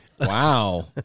Wow